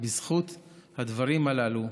בזכות הדברים הללו,